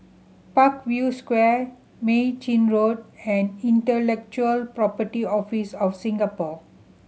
Parkview Square Mei Chin Road and Intellectual Property Office of Singapore